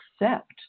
accept